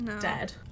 dead